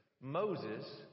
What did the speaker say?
Moses